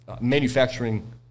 manufacturing